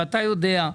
ואתה יודע,